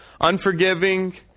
unforgiving